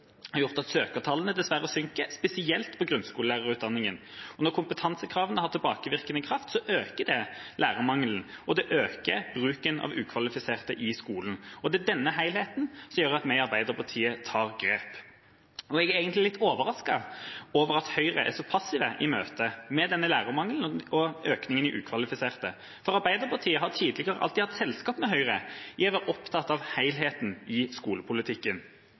har gjort at søkertallene dessverre synker, spesielt i grunnskolelærerutdanningen. Og når kompetansekravene har tilbakevirkende kraft, øker det lærermangelen, og det øker bruken av ukvalifiserte i skolen. Det er denne helheten som gjør at vi i Arbeiderpartiet tar grep. Jeg er egentlig litt overrasket over at Høyre er så passive i møtet med denne lærermangelen og økningen i antallet ukvalifiserte, for Arbeiderpartiet har tidligere alltid hatt selskap av Høyre i å være opptatt av helheten i skolepolitikken